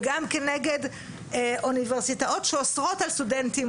וגם נגד אוניברסיטאות שאוסרות על הסטודנטים